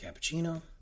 cappuccino